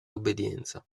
obbedienza